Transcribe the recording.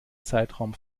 zeitraum